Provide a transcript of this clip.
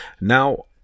Now